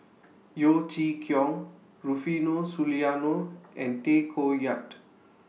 Yeo Chee Kiong Rufino Soliano and Tay Koh Yat